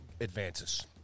advances